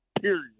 period